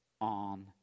on